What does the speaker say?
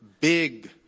Big